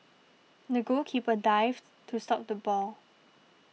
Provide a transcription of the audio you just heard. the goalkeeper dived to stop the ball